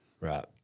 Right